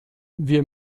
wir